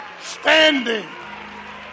standing